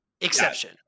Exception